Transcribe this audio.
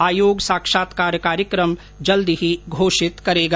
आयोग साक्षात्कार कार्यक्रम जल्दी ही घोषित करेगा